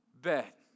bet